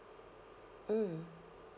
mm